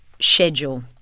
schedule